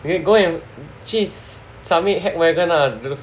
you can go and submit Hackwagon lah dude